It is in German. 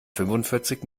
fünfundvierzig